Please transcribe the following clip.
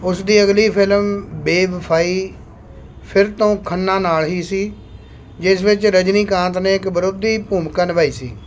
ਉਸ ਦੀ ਅਗਲੀ ਫਿਲਮ ਬੇਵਫਾਈ ਫਿਰ ਤੋਂ ਖੰਨਾ ਨਾਲ ਹੀ ਸੀ ਜਿਸ ਵਿੱਚ ਰਜਨੀਕਾਂਤ ਨੇ ਇੱਕ ਵਿਰੋਧੀ ਭੂਮਿਕਾ ਨਿਭਾਈ ਸੀ